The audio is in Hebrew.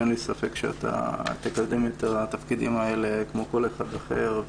אין לי ספק שאתה תקדם את התפקידים האלה כמו כל אחד אחר.